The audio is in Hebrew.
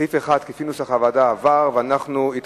סעיף 1, כנוסח הוועדה, עבר והתקבל.